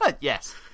yes